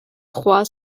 trois